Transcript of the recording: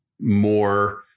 more